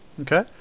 Okay